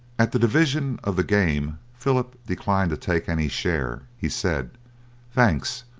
at the division of the game philip declined to take any share. he said thanks,